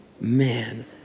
man